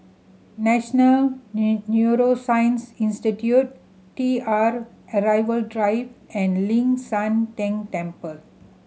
National New Neuroscience Institute T R Arrival Drive and Ling San Teng Temple